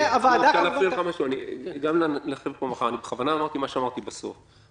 בזה הוועדה ------ בכוונה אמרתי את מה שאמרתי בסוף.